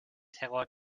terror